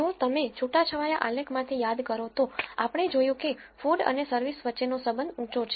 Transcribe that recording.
જો તમે છૂટાછવાયા આલેખમાંથી યાદ કરો તો તો આપણે જોયું કે food અને service વચ્ચેનો સંબંધ ઉંચો છે